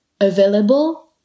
available